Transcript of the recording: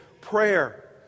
prayer